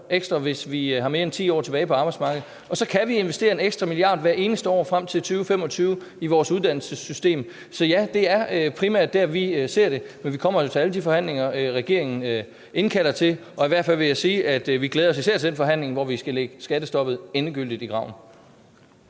ekstra, hvis vi har mere end 10 år tilbage på arbejdsmarkedet. Så kan vi investere 1 mia. kr. ekstra hvert eneste år frem til 2025 i vores uddannelsessystem. Så ja, det er primært der, vi ser det, men vi kommer jo til alle de forhandlinger, regeringen indkalder til. Og i hvert fald vil jeg sige, at vi især glæder os til den forhandling, hvor vi skal lægge skattestoppet endegyldigt i graven.